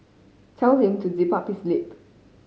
tell him to zip up his lip